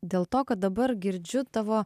dėl to kad dabar girdžiu tavo